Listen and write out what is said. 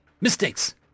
Mistakes